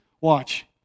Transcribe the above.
Watch